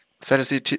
fantasy